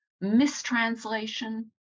mistranslation